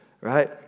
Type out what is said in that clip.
right